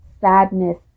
sadness